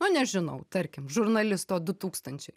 nu nežinau tarkim žurnalisto du tūkstančiai